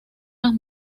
las